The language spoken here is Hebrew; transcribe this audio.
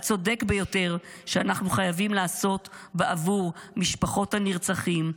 הצודק ביותר שאנחנו חייבים לעשות בעבור משפחות הנרצחים,